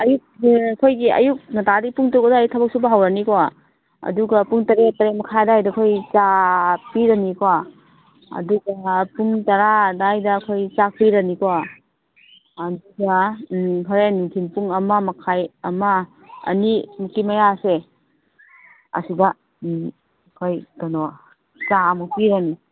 ꯑꯌꯨꯛ ꯑꯩꯈꯣꯏꯒꯤ ꯑꯌꯨꯛ ꯉꯟꯇꯥꯗꯒꯤ ꯄꯨꯡ ꯇꯔꯨꯛ ꯑꯗꯨꯋꯥꯏꯗꯒꯤ ꯊꯕꯛ ꯁꯨꯕ ꯍꯧꯔꯅꯤꯀꯣ ꯑꯗꯨꯒ ꯄꯨꯡ ꯇꯔꯦꯠ ꯇꯔꯦꯠ ꯃꯈꯥꯏ ꯑꯗꯨꯋꯥꯏꯗ ꯑꯩꯈꯣꯏ ꯆꯥ ꯄꯤꯔꯅꯤꯀꯣ ꯑꯗꯨꯒ ꯄꯨꯡ ꯇꯔꯥ ꯑꯗꯨꯋꯥꯏꯗ ꯑꯩꯈꯣꯏ ꯆꯥꯛ ꯄꯤꯔꯅꯤꯀꯣ ꯑꯗꯨꯒ ꯍꯣꯔꯦꯟ ꯅꯨꯡꯊꯤꯟ ꯄꯨꯡ ꯑꯃ ꯃꯈꯥꯏ ꯑꯃ ꯑꯅꯤꯃꯨꯛꯀꯤ ꯃꯌꯥꯁꯦ ꯑꯁꯤꯗ ꯑꯩꯈꯣꯏ ꯀꯩꯅꯣ ꯆꯥ ꯑꯃꯨꯛ ꯄꯤꯔꯅꯤ